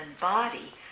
body